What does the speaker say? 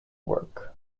work